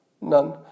None